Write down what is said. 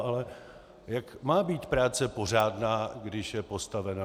Ale jak má být práce pořádná, když je postavena na lži?